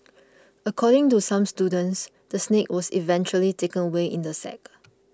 according to some students the snake was eventually taken away in a sack